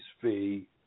fee